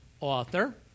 author